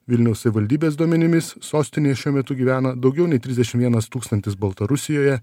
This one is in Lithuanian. vilniaus savivaldybės duomenimis sostinėj šiuo metu gyvena daugiau nei trisdešim vienas tūkstantis baltarusijoje